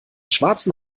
schwarzen